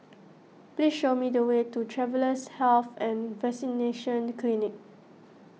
please show me the way to Travellers' Health and Vaccination Clinic